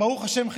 ברוך השם,